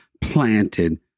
planted